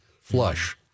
flush